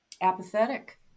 apathetic